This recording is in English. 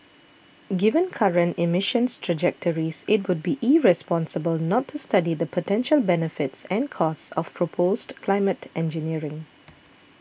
given current emissions trajectories it would be irresponsible not to study the potential benefits and costs of proposed climate engineering